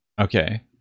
Okay